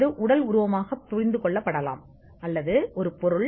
இது ஒரு உடல் உருவகமாக புரிந்து கொள்ளப்படலாம் அல்லது அது எப்படி இருக்கும்